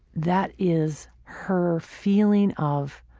that is her feeling of,